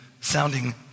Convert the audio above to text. sounding